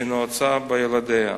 שנועצה בילדיה.